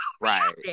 Right